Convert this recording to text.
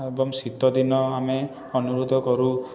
ଏବଂ ଶୀତ ଦିନ ଆମେ ଅନୁଭୂତ କରୁ